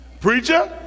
preacher